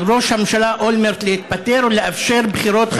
על ראש הממשלה אולמרט להתפטר ולאפשר בחירות חדשות,